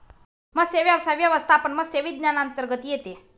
मत्स्यव्यवसाय व्यवस्थापन मत्स्य विज्ञानांतर्गत येते